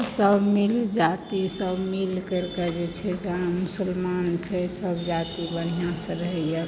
सभ मिल जातिसभ मिल करिक जे छै से मुस्लमान छै सभ जाति बढ़िआँसँ रहयए